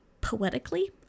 poetically